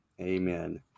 Amen